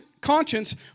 conscience